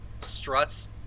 Struts